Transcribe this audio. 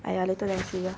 !aiya! later then see lah